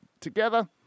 together